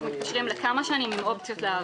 אנחנו מתקשרים לכמה שנים עם אופציות להארכה.